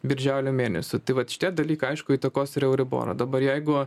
birželio mėnesio tai vat šitie dalykai aišku įtakos ir euriborą dabar jeigu